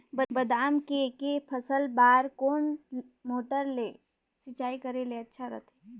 बादाम के के फसल बार कोन मोटर ले सिंचाई करे ले अच्छा रथे?